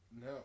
No